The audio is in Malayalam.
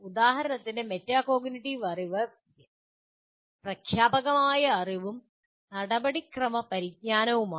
ഉദാഹരണത്തിന് മെറ്റാകോഗ്നിറ്റീവ് അറിവ് പ്രഖ്യാപകമായ അറിവും നടപടിക്രമ പരിജ്ഞാനവുമാണ്